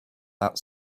that